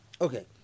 Okay